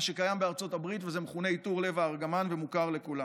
מה שקיים בארצות הברית ומכונה עיטור לב הארגמן ומוכר לכולנו.